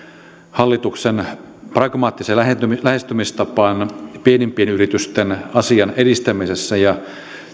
hallituksen pragmaattiseen lähestymistapaan pienimpien yritysten asian edistämisessä ja